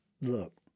look